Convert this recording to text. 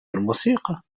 الموسيقى